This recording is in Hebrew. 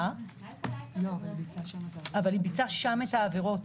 אבל היא ביצעה שם את העבירות